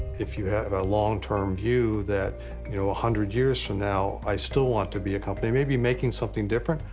if you have a long-term view that you know ah hundred years from now, i still want to be a company, maybe making something different,